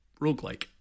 roguelike